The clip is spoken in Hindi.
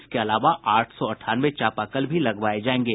इसके अलावा आठ सौ अठानवे चापाकल भी लगवाये जायेंगे